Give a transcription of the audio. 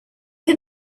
for